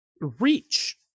reach